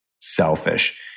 Selfish